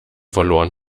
verloren